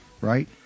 right